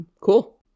cool